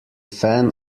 fan